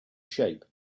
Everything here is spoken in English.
shape